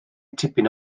tipyn